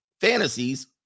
fantasies